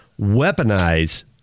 weaponize